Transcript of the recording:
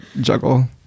juggle